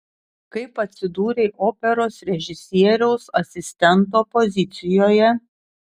kaip atsidūrei operos režisieriaus asistento pozicijoje